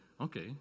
okay